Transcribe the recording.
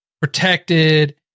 protected